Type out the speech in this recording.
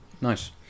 Nice